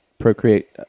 procreate